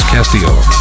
Castillo